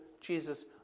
Jesus